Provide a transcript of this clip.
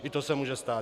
I to se může stát.